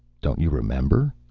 don't you remember?